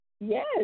Yes